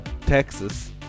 Texas